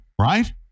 right